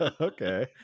Okay